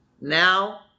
now